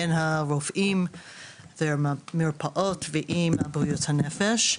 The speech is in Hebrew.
בין הרופאים ומרפאות ועם בריאות הנפש.